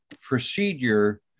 procedure